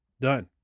done